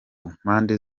mpande